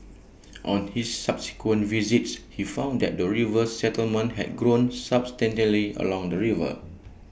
on his subsequent visits he found that the river settlement had grown substantially along the river